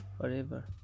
forever